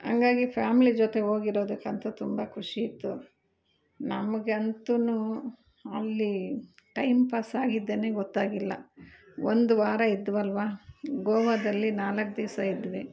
ಹಂಗಾಗಿ ಫ್ಯಾಮ್ಲಿ ಜೊತೆ ಹೋಗಿರೋದಕ್ಕಂತೂ ತುಂಬ ಖುಷಿ ಇತ್ತು ನಮ್ಗಂತು ಅಲ್ಲಿ ಟೈಮ್ ಪಾಸ್ ಆಗಿದ್ದೇನೆ ಗೊತ್ತಾಗಿಲ್ಲ ಒಂದು ವಾರ ಇದ್ವಲ್ವಾ ಗೋವಾದಲ್ಲಿ ನಾಲ್ಕು ದಿಸ ಇದ್ವಿ